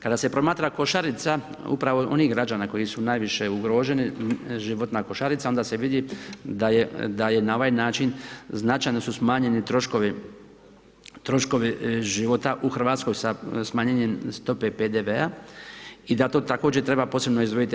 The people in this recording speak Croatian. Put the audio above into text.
Kada se promatra košarica upravo onih građana koji su najviše ugroženi, životna košarica, onda se vidi, da je na ovaj način, značajno su smanjeni troškovi života u Hrvatskoj, sa smanjenim stope PDV-a i da to također treba posebno izdvojiti.